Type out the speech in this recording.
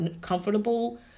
comfortable